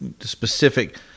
specific